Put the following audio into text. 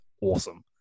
awesome